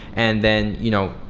and then you know,